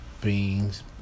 beans